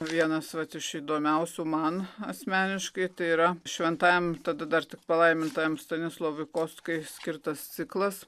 vienas vat iš įdomiausių man asmeniškai tai yra šventajam tada dar tik palaimintajam stanislovui kostkai skirtas ciklas